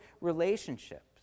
relationships